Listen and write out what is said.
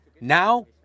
now